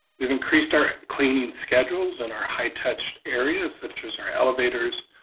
we've increased our cleaning schedules in our high touched areas such as our elevators,